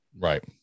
Right